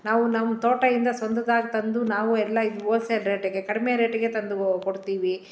ನಾವು ನಮ್ಮ ತೋಟದಿಂದ ಸ್ವಂತದಾಗ ತಂದು ನಾವು ಎಲ್ಲ ಇದು ಹೋಲ್ಸೇಲ್ ರೇಟಿಗೆ ಕಡಿಮೆ ರೇಟಿಗೆ ತಂದುಕೊಡ್ತೀವಿ